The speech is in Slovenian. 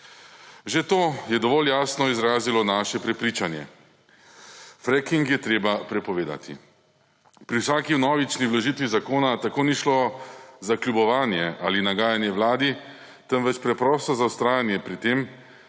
Že to je dovolj jasno izrazilo naše prepričanje: fracking je treba prepovedati. Pri vsaki vnovični vložitvi zakona tako ni šlo za kljubovanje ali nagajanje Vladi, temveč preprosto za vztrajanje pri tem,